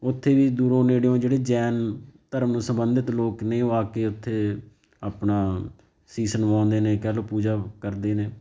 ਉੱਥੇ ਵੀ ਦੂਰੋਂ ਨੇੜਿਓਂ ਜਿਹੜੇ ਜੈਨ ਧਰਮ ਨਾਲ ਸੰਬੰਧਿਤ ਲੋਕ ਨੇ ਉਹ ਆ ਕੇ ਉੱਥੇ ਆਪਣਾ ਸੀਸ ਨਿਵਾਉਂਦੇ ਨੇ ਕਹਿ ਲਉ ਪੂਜਾ ਕਰਦੇ ਨੇ